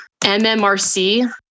MMRC